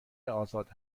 آزاد